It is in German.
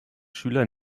schüler